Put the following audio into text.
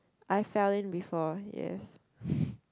I fell in before yes